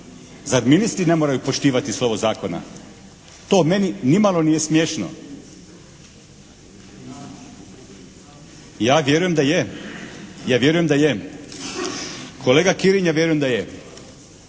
Zar ministri ne moraju poštivati slovo zakona? To meni nimalo nije smiješno. Ja vjerujem da je, kolega Kirin, ja vjerujem da je.